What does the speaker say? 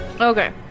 Okay